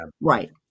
Right